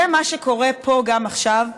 זה מה שקורה פה גם עכשיו,